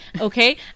okay